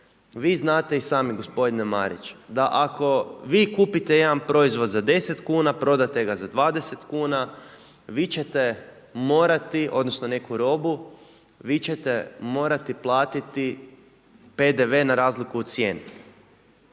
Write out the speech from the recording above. Vi znate i sami gospodine Marić, da ako vi kupite jedan proizvod za 10 kuna, prodate ga za 20 kuna, vi ćete morati odnosno neku robu, vi ćete morati platiti PDV na razliku u cijeni.